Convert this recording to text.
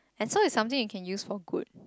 and so is something you can use for good